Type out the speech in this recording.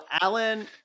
Alan